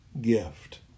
gift